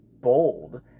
bold